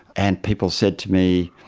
and people said to me,